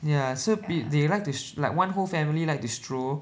ya so be~ they like to str~ like one whole family like to stroll